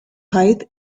height